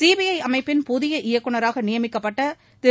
CBI அமைப்பின் புதிய இயக்குநராக நியமிக்கப்பட்ட திரு